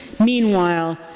Meanwhile